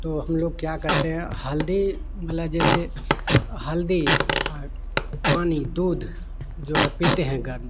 तो हम लोग क्या करते हैं हल्दी मला जैसे हल्दी पानी दूध जो है पीते हैं गर्म